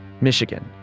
Michigan